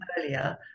earlier